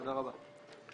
תודה רבה.